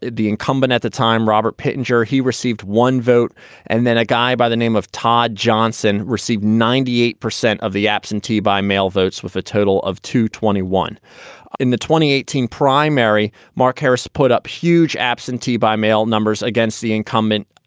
the the incumbent at the time, robert pittenger, he received one vote and then a guy by the name of todd johnson, received ninety eight percent of the absentee by mail votes with a total of two hundred and twenty one in the twenty eighteen primary. mark harris put up huge absentee by mail numbers against the incumbent,